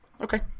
Okay